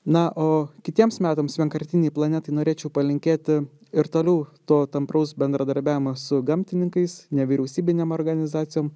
na o kitiems metams vienkartinei planetai norėčiau palinkėti ir toliau to tampraus bendradarbiavimo su gamtininkais nevyriausybinėm organizacijom